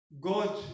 God